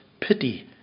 pity